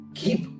keep